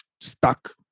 stuck